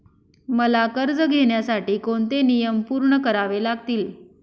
मला कर्ज घेण्यासाठी कोणते नियम पूर्ण करावे लागतील?